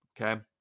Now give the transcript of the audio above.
Okay